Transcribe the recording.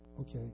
Okay